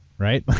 right? but